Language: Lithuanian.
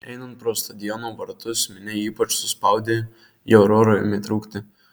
einant pro stadiono vartus minia ypač suspaudė jau ir oro ėmė trūkti